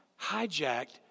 hijacked